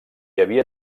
havia